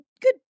good